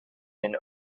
den